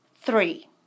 Three